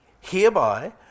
Hereby